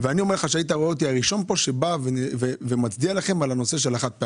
ואני הייתי הראשון פה להצדיע לכם על הנושא.